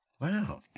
Wow